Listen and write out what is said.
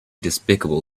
despicable